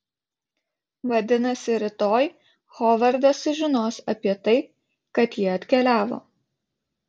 vadinasi rytoj hovardas sužinos apie tai kad ji atkeliavo